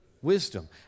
wisdom